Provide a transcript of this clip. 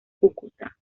cúcuta